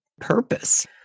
purpose